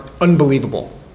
unbelievable